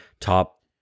top